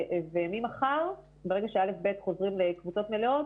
וממחר ברגע שא'-ב' חוזרים לקבוצות מלאות